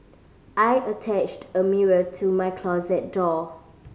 I attached a mirror to my closet door